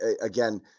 again